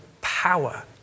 power